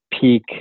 peak